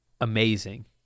amazing